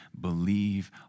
believe